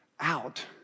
out